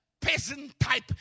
peasant-type